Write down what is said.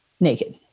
naked